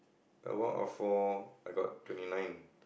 L one R four I got twenty nine